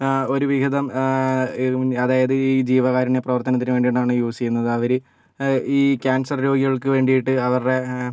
ഒരു വിഹിതം അതായത് ഈ ജീവകാരുണ്യ പ്രവർത്തനത്തിന് വേണ്ടിയിട്ടാണ് യൂസ് ചെയ്യുന്നത് അവർ ഈ ക്യാൻസർ രോഗികൾക്ക് വേണ്ടി അവരുടെ